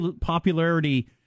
popularity